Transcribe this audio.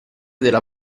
della